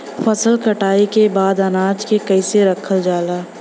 फसल कटाई के बाद अनाज के कईसे रखल जाला?